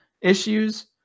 issues